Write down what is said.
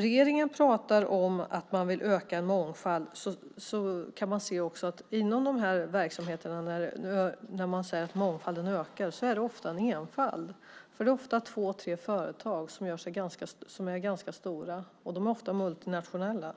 Regeringen pratar om att man vill öka mångfalden. Inom de verksamheter där man säger att mångfalden ökar är det ofta en enfald. Det är ofta två tre företag som är stora, och de är ofta multinationella.